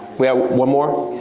we have one more?